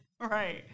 Right